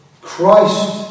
Christ